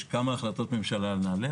יש כמה החלטות ממשלה על נעל"ה,